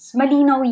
Malino